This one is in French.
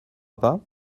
pas